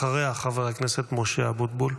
אחריה, חבר הכנסת משה אבוטבול.